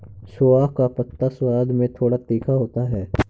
सोआ का पत्ता स्वाद में थोड़ा तीखा होता है